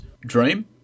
dream